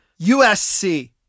USC